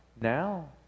now